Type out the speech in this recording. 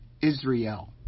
Israel